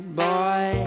boy